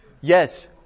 Yes